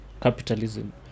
capitalism